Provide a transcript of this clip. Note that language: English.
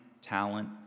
talent